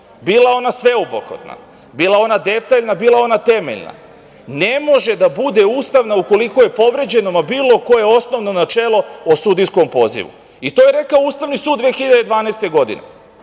bila ona sveobuhvatna, bila ona detaljna, bila ona temeljna, ne može da bude ustavna ukoliko je povređeno bilo koje osnovno načelo o sudijskom pozivu. To je rekao Ustavni sud 2012. godine.